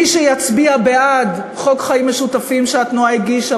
מי יצביע בעד חוק חיים משותפים שהתנועה הגישה,